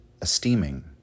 esteeming